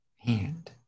hand